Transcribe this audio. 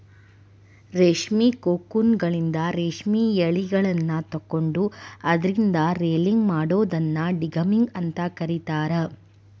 ರೇಷ್ಮಿ ಕೋಕೂನ್ಗಳಿಂದ ರೇಷ್ಮೆ ಯಳಿಗಳನ್ನ ತಕ್ಕೊಂಡು ಅದ್ರಿಂದ ರೇಲಿಂಗ್ ಮಾಡೋದನ್ನ ಡಿಗಮ್ಮಿಂಗ್ ಅಂತ ಕರೇತಾರ